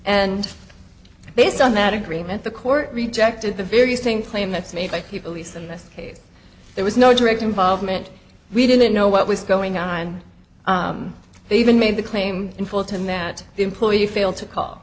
and based on that agreement the court rejected the very same claim that's made by people least in this case there was no direct involvement we didn't know what was going on they even made the claim in full time that the employee you failed to call